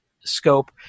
scope